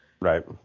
Right